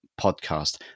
podcast